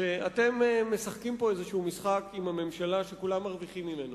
שאתם משחקים פה איזה משחק עם הממשלה שכולם מרוויחים ממנו.